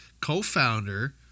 co-founder